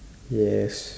yes